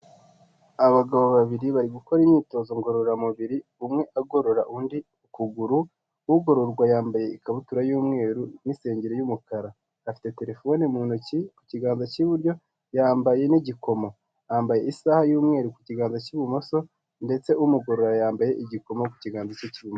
Abagabo babiri bari gukora imyitozo ngororamubiri umwe agorora undi ukuguru ugororwa yambaye ikabutura y'umweru n'isengeri y'umukara afite telefone mu ntoki ku kiganza cy'iburyo yambaye n'igikomo yambaye isaha y'umweru ku kiganza cy'ibumoso ndetse umugorora yambaye igikomo ku kiganza cy'ibu....